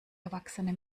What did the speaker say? erwachsene